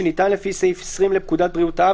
שניתן לפי סעיף 20 לפקודת בריאות העם,